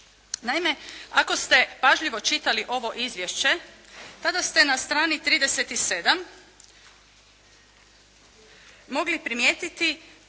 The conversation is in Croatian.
Naime ako ste pažljivo čitali ovo izvješće tada ste na strani 37. mogli primijetiti